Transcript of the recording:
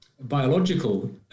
biological